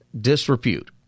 disrepute